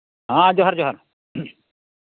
ᱦᱮᱸ ᱡᱚᱦᱟᱨ ᱡᱚᱦᱟᱨ